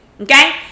Okay